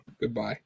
Goodbye